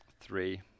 Three